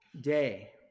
day